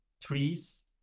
trees